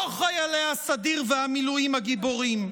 לא חיילי הסדיר והמילואים הגיבורים.